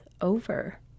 over